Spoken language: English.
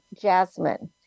jasmine